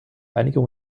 einigung